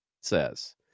says